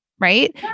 right